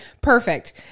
Perfect